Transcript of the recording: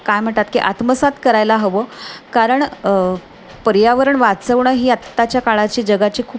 काय म्हणतात की आत्मसात करायला हवं कारण पर्यावरण वाचवणं ही आत्ताच्या काळाची जगाची खूप